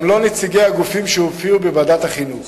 גם לא נציגי הגופים שהופיעו בוועדת החינוך.